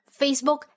Facebook